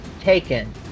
taken